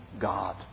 God